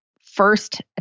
first